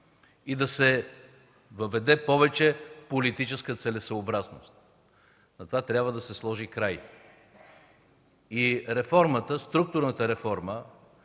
и да се въведе повече политическа целесъобразност. На това трябва да се сложи край. Структурната реформа,